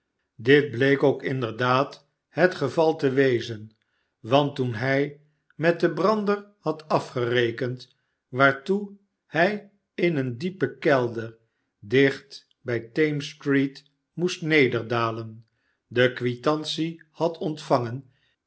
dit bleek k inderdaad het geval te wezen want toen hij met den brander had afgerekend waartoe hij in een diepen kelder dicht bij thames street moest nederdalen de quitantie had ontvangen